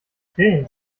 krähen